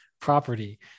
property